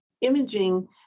imaging